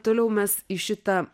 toliau mes į šitą